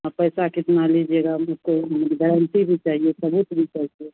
और पैसा कितना लीजिएगा मुझको गरंटी भी चाहिए सबूत भी चाहिए